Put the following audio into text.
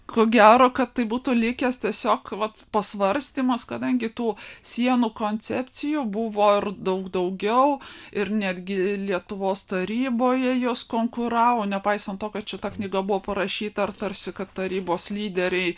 ko gero kad tai būtų likęs tiesiog vat pasvarstymas kadangi tų sienų koncepcijų buvo ir daug daugiau ir netgi lietuvos taryboje jos konkuravo nepaisant to kad šita knyga buvo parašyta ar tarsi kad tarybos lyderiai